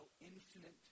infinite